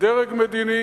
דרג מדיני